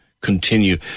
continue